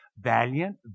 valiant